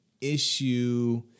issue